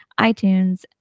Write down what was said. itunes